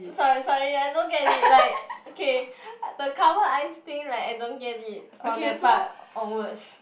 sorry sorry I don't get it like okay the cover eyes thing like I don't get it from that part onwards